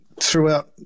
throughout